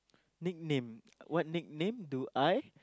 nickname what nickname do I